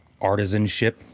artisanship